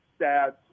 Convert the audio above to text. stats